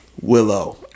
Willow